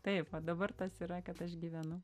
taip va dabar tas yra kad aš gyvenu